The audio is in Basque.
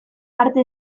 arte